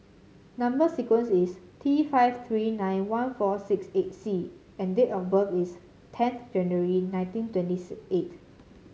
number sequence is T five three nine one four six eight C and date of birth is tenth January nineteen twenties eight